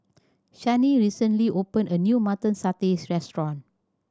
Shani recently opened a new Mutton Satay restaurant